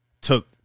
Took